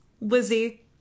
Lizzie